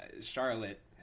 Charlotte